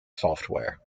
software